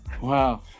Wow